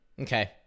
Okay